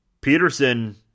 Peterson